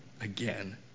again